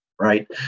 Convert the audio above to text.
right